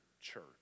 church